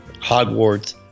hogwarts